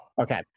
Okay